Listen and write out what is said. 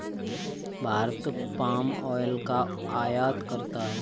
Bharat palm oil का आयात करता है